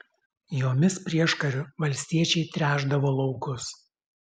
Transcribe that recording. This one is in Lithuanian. jomis prieškariu valstiečiai tręšdavo laukus